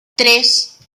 tres